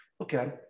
Okay